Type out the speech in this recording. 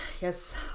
Yes